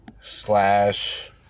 slash